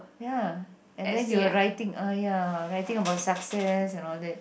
ya and then you were writing ah ya writing about success and all that